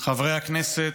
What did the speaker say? חברי הכנסת,